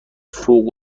فوق